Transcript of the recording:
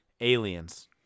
Aliens